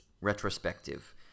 retrospective